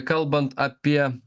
kalbant apie